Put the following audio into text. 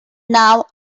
now